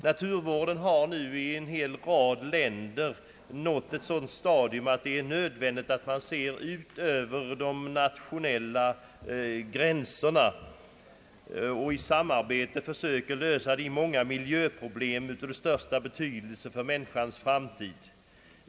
Naturvården har nu i en hel rad länder nått ett sådant stadium att det är nödvändigt att man ser ut över de nationella gränserna och i samarbete försöker lösa de många miljöproblemen som är av största betydelse för människans framtid.